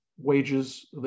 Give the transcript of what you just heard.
wages